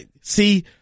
see